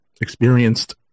experienced